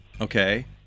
Okay